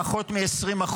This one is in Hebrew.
פחות מ-20%.